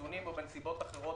ובאיזונים ובנסיבות אחרות